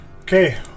Okay